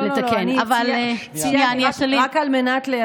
לא, לא, רק על מנת,